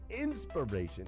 inspiration